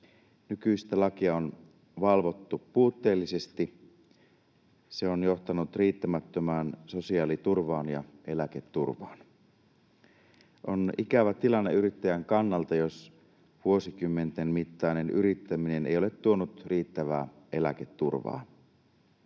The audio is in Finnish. Nykyistä lakia on valvottu puutteellisesti, se on johtanut riittämättömään sosiaaliturvaan ja eläketurvaan. On ikävä tilanne yrittäjän kannalta, jos vuosikymmenten mittainen yrittäminen ei ole tuonut riittävää eläketurvaa.